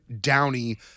downey